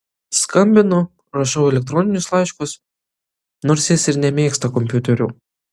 skambinu rašau elektroninius laiškus nors jis ir nemėgsta kompiuterių